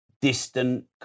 distant